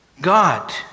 God